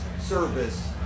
service